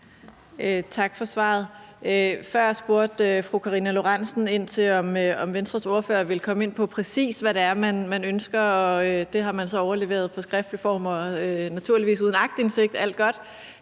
Tak for svaret. Fru Karina Lorentzen Dehnhardt spurgte ind til, om Venstres ordfører vil komme ind på, hvad man præcis ønsker. Det har man så overleveret i skriftlig form og naturligvis uden aktindsigt – alt er godt.